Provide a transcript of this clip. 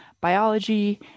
biology